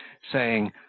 saying,